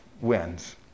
wins